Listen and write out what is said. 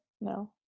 No